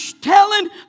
telling